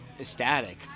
ecstatic